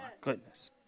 goodness